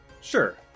Sure